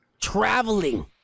traveling